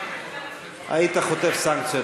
היית חוטף סנקציות.